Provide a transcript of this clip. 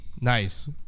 Nice